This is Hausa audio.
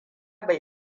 bai